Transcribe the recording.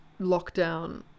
lockdown